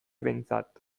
behintzat